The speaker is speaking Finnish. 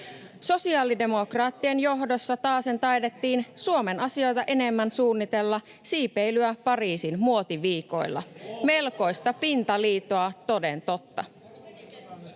Sosiaalidemokraattien johdossa taasen taidettiin Suomen asioita enemmän suunnitella siipeilyä Pariisin muotiviikoilla — melkoista pintaliitoa, toden totta.